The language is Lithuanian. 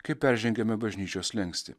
kai peržengiame bažnyčios slenkstį